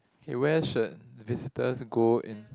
okay where should visitors go in